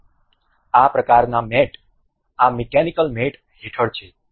તેથી આ પ્રકારના મેટ આ મિકેનિકલ મેટ હેઠળ છે